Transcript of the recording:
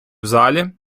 залі